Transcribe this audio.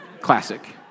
Classic